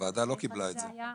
הוועדה לא קיבלה את זה.